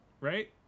right